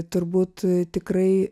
turbūt tikrai